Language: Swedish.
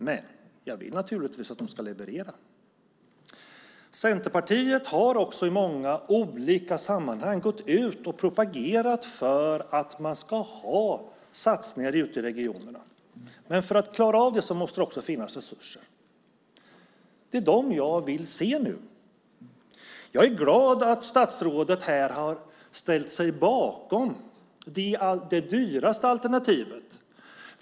Men jag vill naturligtvis att de ska leverera. Centerpartiet har också i många olika sammanhang gått ut och propagerat för att man ska ha satsningar ute i regionerna. Men för att klara av det måste det också finnas resurser. Det är dem jag vill se nu. Jag är glad att statsrådet här har ställt sig bakom det dyraste alternativet.